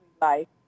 life